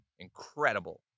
Incredible